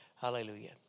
Hallelujah